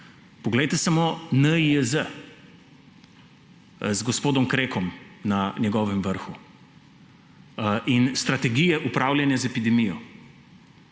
Poglejte samo NIJZ z gospodom Krekom na njegovem vrhu in strategije upravljanja z epidemijo.